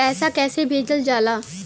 पैसा कैसे भेजल जाला?